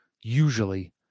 Usually